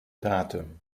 datum